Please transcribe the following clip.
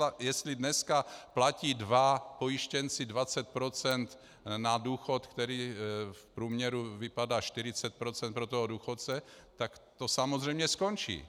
A jestli dneska platí dva pojištěnci 20 % na důchod, který v průměru vypadá 40 % pro toho důchodce, tak to samozřejmě skončí.